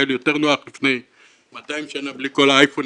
היה לי יותר נוח לפני 200 שנה בלי כל האייפונים